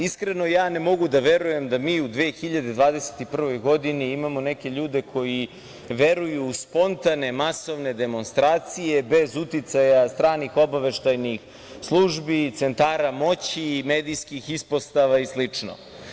Iskreno, ja ne mogu da verujem da mi u 2021. godini imamo neke ljude koji veruju u spontane masovne demonstracije bez uticaja stranih obaveštajnih službi i centara moći, medijskih ispostava i slično.